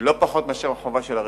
לא פחות מאשר חובה של הרגולציה.